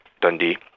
Dundee